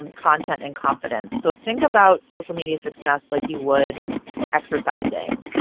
and content, and confidence. so think about social media success like you would exercising.